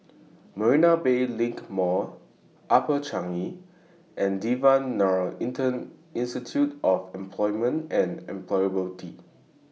Marina Bay LINK Mall Upper Changi and Devan Nair Institute of Employment and Employability